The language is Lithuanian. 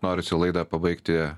norisi laidą pabaigti